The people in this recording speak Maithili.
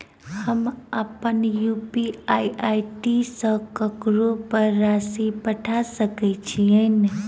हम अप्पन यु.पी.आई आई.डी सँ ककरो पर राशि पठा सकैत छीयैन?